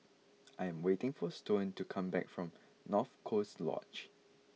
I am waiting for Stone to come back from North Coast Lodge